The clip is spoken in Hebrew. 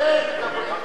אני לא התווכחתי עם,